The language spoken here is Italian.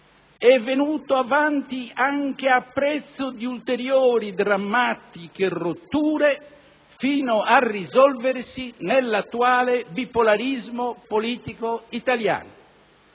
è venuto avanti anche a prezzo di ulteriori, drammatiche rotture, fino a risolversi nell'attuale bipolarismo politico italiano.